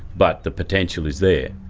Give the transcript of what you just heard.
but the potential is there.